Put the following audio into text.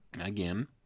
again